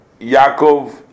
Yaakov